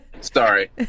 Sorry